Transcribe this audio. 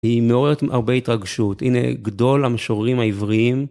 היא מעוררת הרבה התרגשות, הנה גדול המשוררים העבריים.